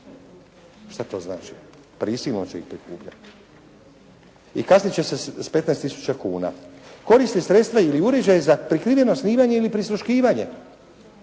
Šta to znači? Prisilno će ih prikupljati. «I kaznit će se s 15 tisuća kuna.» «Koristi sredstva ili uređaj za prikriveno snimanje ili prisluškivanje».